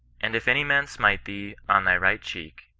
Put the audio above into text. and if any man smite thee on thy right cheek,